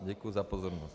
Děkuji za pozornost.